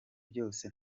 byose